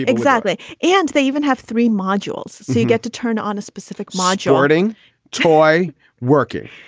exactly. and they even have three modules. so you get to turn on a specific modulating toy working.